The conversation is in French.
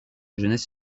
jeunesse